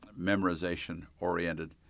memorization-oriented